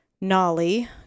Nolly